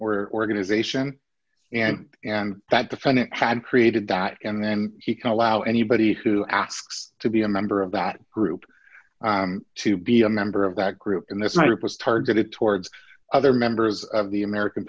or organization and and that the funding had created that and then he call out anybody who asks to be a member of that group and to be a member of that group in this group was targeted towards other members of the american